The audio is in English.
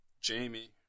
Jamie